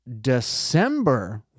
December